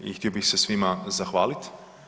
i htio bih se svima zahvaliti.